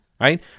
right